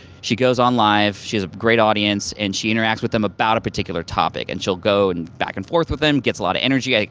she goes on live, she has a great audience, and she interacts with them about a particular topic. and she'll go and back and forth with them, gets a lot of energy,